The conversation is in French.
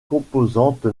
composante